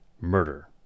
murder